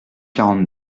quarante